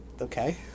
okay